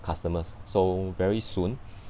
customers so very soon